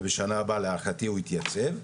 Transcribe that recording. ובשנה הבאה להערכתי הוא יתייצב.